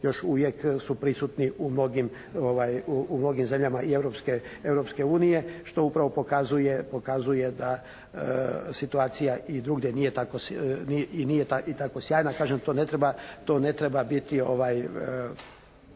još uvijek su prisutni u mnogim zemljama i Europske unije što upravo pokazuje da situacija i drugdje i nije tako sjajna. Kažem to ne treba biti